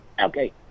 Okay